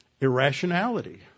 Irrationality